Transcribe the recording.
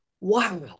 Wow